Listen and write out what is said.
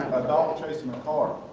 chasing a car,